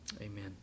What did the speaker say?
Amen